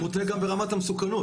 זה מוטה גם ברמת המסוכנות,